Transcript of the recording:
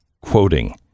quoting